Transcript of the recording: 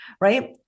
right